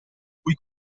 cui